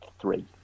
Three